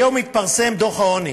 היום התפרסם דוח העוני.